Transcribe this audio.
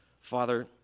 Father